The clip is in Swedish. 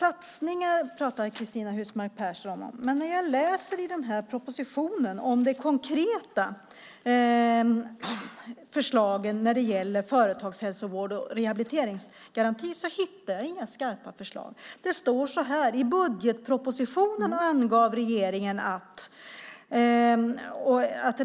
Herr talman! Cristina Husmark Pehrsson pratar om satsningar. Men när jag läser i den här propositionen om de konkreta förslagen när det gäller företagshälsovård och rehabiliteringsgaranti hittar jag inga skarpa förslag. Det står så här: I budgetpropositionen angav regeringen att .